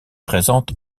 présente